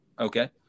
Okay